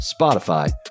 Spotify